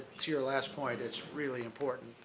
to your last point, it's really important.